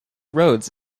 roads